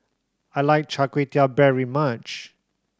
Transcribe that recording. I like Char Kway Teow very much